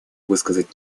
высказать